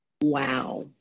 Wow